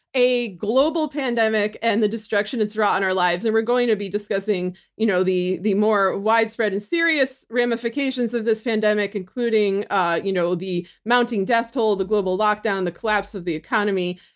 a global pandemic and the destruction that's raw on our lives, and we're going to be discussing you know the the more widespread and serious ramifications of this pandemic including ah you know the mounting death toll, the global lockdown, the collapse of the economy,